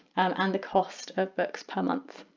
and the cost of books per month.